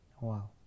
Wow